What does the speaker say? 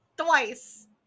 Twice